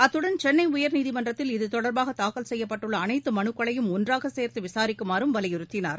அத்துடன் சென்னை உயர்நீதிமன்றத்தில் இது தொடர்பாக தாக்கல் செய்யப்பட்டுள்ள அனைத்து மனுக்களையும் ஒன்றாக சேர்த்து விசாரிக்குமாறும் வலியுறுத்தினார்